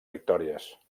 victòries